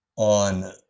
on